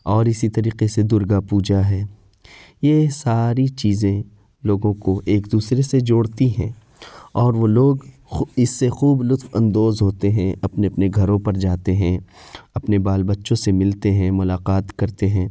اور اسی طریقے سے درگا پوجا ہے یہ ساری چیزیں لوگوں کو ایک دوسرے سے جوڑتی ہیں اور وہ لوگ اس سے خوب لطف اندوز ہوتے ہیں اپنے اپنے گھروں پر جاتے ہیں اپنے بال بچوں سے ملتے ہیں ملاقات کرتے ہیں